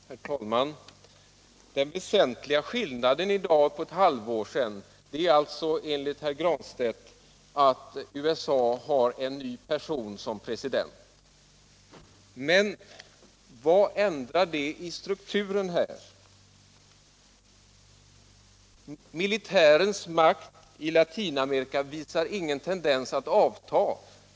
Herr talman! Den väsentliga skillnaden mellan läget i dag och för ett halvår sedan är alltså enligt herr Granstedt att USA har en ny person som president. Men vad ändrar det i strukturen? Militärens makt i La tinamerika visar ingen tendens att avta.